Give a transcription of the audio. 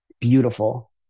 beautiful